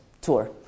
Tour